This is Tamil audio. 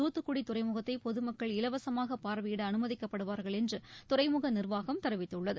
தூத்துக்குடி துறைமுகத்தை பொதுமக்கள் இலவசமாக பார்வையிட அனுமதிக்கப்படுவார்கள் என்று துறைமுக நிர்வாகம் தெரிவித்துள்ளது